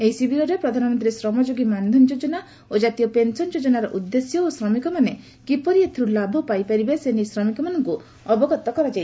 ଏହି ଶିବିରରେ ପ୍ରଧାନମନ୍ତୀ ଶ୍ରମଯୋଗୀ ମାନଧନ ଯୋଜନା ଓ କାତୀୟ ପେନସନ ଯୋଜନାର ଉଦ୍ଦେଶ୍ୟ ଓ ଶ୍ରମିକମାନେ କିପରି ଏଥିରୁ ଲାଭ ପାଇପାରିବେ ସେ ନେଇ ଶ୍ରମିକମାନଙ୍କୁ ଅବଗତ କରାଯାଇଛି